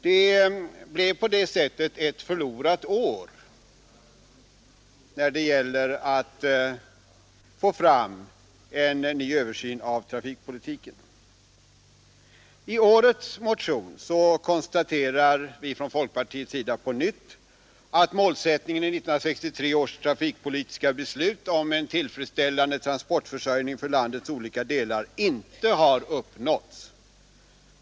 Det blev på det sättet ett förlorat år i arbetet på att få fram en ny översyn av trafikpolitiken. I årets motion konstaterar vi i folkpartiet på nytt att målsättningen i 1963 års trafikpolitiska beslut om en tillfredsställande transportförsörjning för landets olika delar inte har uppnåtts.